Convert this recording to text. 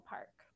Park